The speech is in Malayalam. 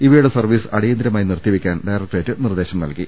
ഇവയുടെ സർവ്വീസ് അടിയന്തരമായി നിർത്തിവെക്കാൻ ഡയറക്ടറേറ്റ് നിർദ്ദേശം നൽകി